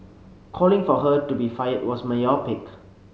calling for her to be fired was myopic